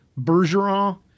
Bergeron